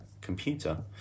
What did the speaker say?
computer